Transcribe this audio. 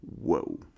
Whoa